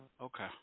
Okay